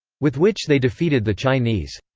with which they defeated the chinese.